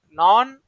non